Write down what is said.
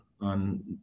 on